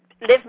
live